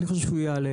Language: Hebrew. אני חושב שהוא יעלה.